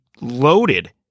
loaded